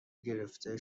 گرفته